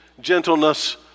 gentleness